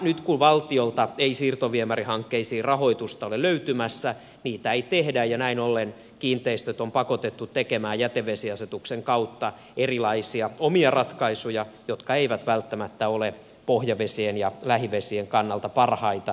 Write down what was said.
nyt kun valtiolta ei siirtoviemärihankkeisiin rahoitusta ole löytymässä niitä ei tehdä ja näin ollen kiinteistöt ovat pakotettuja tekemään jätevesiasetuksen kautta erilaisia omia ratkaisuja jotka eivät välttämättä ole pohjavesien ja lähivesien kannalta parhaita